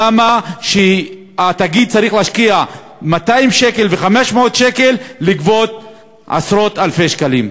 למה התאגיד צריך להשקיע 200 שקל ו-500 שקל ולגבות עשרות-אלפי שקלים?